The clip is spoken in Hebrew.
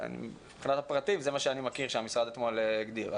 מבחינת הפרטים זה מה שאני מכיר שהמשרד אתמול הגדיר.